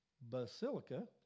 Basilica